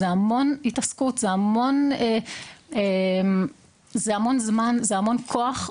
זו המון התעסקות, זה המון זמן, זה המון כוח.